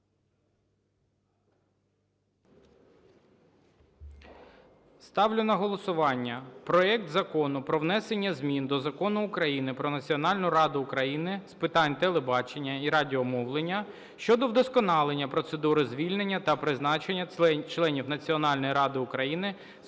Ставлю на голосування